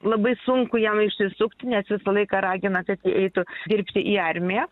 labai sunku jam išsisukt nes visą laiką ragina kad jie eitų dirbti į armiją